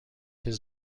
his